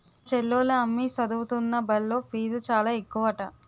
మా చెల్లోల అమ్మి సదువుతున్న బల్లో ఫీజు చాలా ఎక్కువట